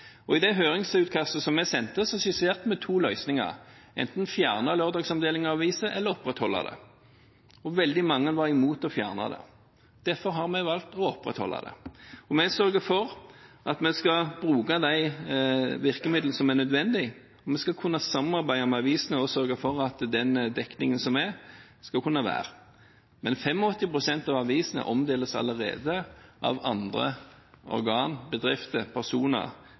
skapte engasjement. I høringsutkastet vi sendte, skisserte vi to løsninger: enten å fjerne lørdagsomdelingen av aviser eller opprettholde den. Veldig mange var imot å fjerne den. Derfor har vi valgt å opprettholde den. Vi sørger for å bruke de virkemidler som er nødvendig, og vi skal kunne samarbeide med avisene og sørge for at den dekningen som er, fortsetter. Men 85 pst. av avisene omdeles allerede av andre organ, bedrifter og personer